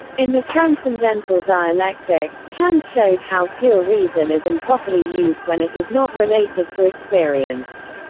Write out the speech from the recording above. in the transcendental dialectic, kant showed how pure reason is improperly used when it is not related to experience.